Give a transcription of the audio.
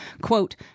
Quote